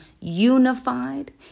unified